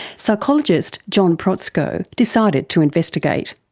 psychologist john protzko decided to investigate.